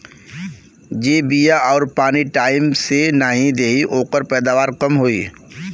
जे बिया आउर पानी टाइम से नाई देई ओकर पैदावार कम होई